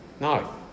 No